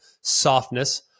softness